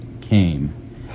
came